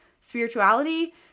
spirituality